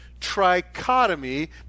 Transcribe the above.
trichotomy